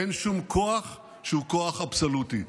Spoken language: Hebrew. אין שום כוח שהוא כוח אבסולוטי.